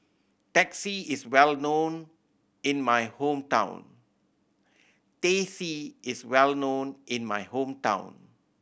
Teh C is well known in my hometown Teh C is well known in my hometown